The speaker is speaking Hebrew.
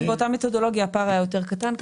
באותה מתודולוגיה הפער היה יותר קטן.